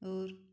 और